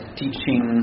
teaching